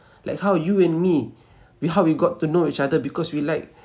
like how you and me we how we got to know each other because we like